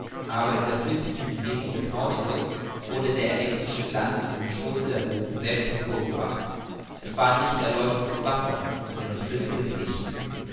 aber in der flüssigen umgebung des nautilus wurde der elektrische glanz im schoße der wogen selbst hervorgebracht es war nicht erleuchtetes wasser sondern flüssiges licht